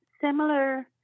similar